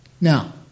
Now